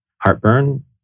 heartburn